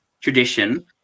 tradition